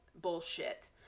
bullshit